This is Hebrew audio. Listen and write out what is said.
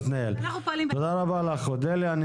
תודה רבה לך, אודליה.